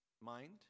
mind